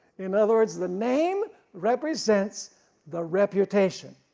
in other words the name represents the reputation.